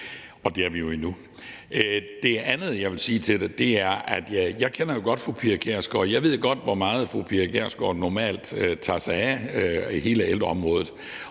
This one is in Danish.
Det andet, jeg vil sige til det, er, at jeg jo godt kender fru Pia Kjærsgaard, og jeg ved godt, hvor meget fru Pia Kjærsgaard normalt tager sig af hele ældreområdet.